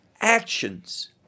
actions